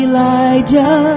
Elijah